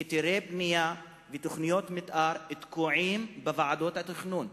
היתרי בנייה ותוכניות מיתאר תקועים בוועדות התכנון,